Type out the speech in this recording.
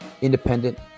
independent